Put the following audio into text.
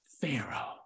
Pharaoh